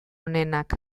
onenak